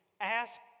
Ask